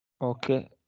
Okay